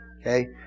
Okay